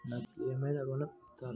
నాకు ఏమైనా ఋణం ఇస్తారా?